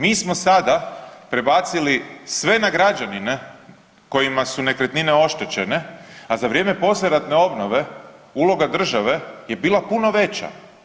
Mi smo sada prebacili sve na građanine kojima su nekretnine oštećene, a za vrijeme poslijeratne obnove uloga države je bila puno veća.